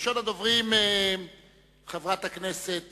ראשונת הדוברים, חברת הכנסת